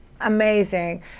amazing